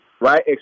Right